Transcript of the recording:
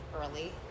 early